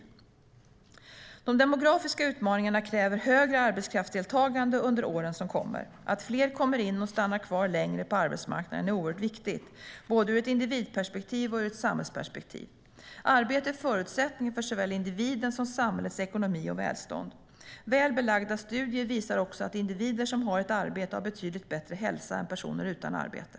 De demografiska utmaningarna kräver högre arbetskraftsdeltagande under åren som kommer. Att fler kommer in och stannar kvar längre på arbetsmarknaden är oerhört viktigt, både ur ett individperspektiv och ur ett samhällsperspektiv. Arbete är förutsättningen för såväl individens som samhällets ekonomi och välstånd. Väl belagda studier visar att individer som har ett arbete har betydligt bättre hälsa än personer utan arbete.